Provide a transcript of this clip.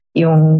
yung